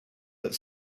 that